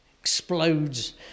explodes